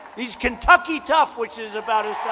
he's kentucky tough, which is about as tough.